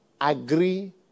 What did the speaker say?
agree